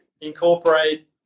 incorporate